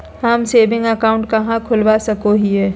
हम saving account कहाँ खोलवा सको हियै?